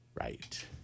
Right